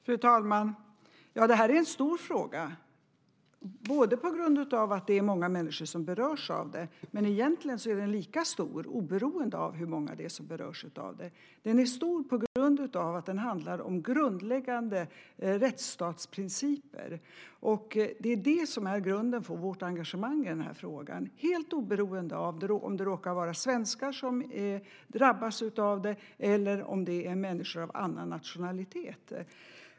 Fru talman! Det här är en stor fråga, bland annat på grund av att det är många människor som berörs av detta. Men egentligen är den lika stor oberoende av hur många det är som berörs. Den är stor på grund av att den handlar om grundläggande rättsstatsprinciper. Det är det som är grunden för vårt engagemang i den här frågan, helt oberoende av om det råkar vara svenskar som drabbas eller om det är människor av annan nationalitet.